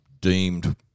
deemed